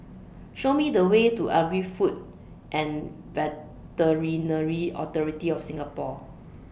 Show Me The Way to Agri Food and Veterinary Authority of Singapore